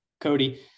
Cody